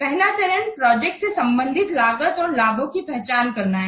पहला चरण प्रोजेक्ट से संबंधित लागत और लाभों की पहचान करना है